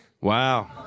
Wow